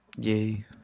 Yay